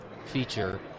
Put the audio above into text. feature